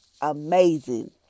amazing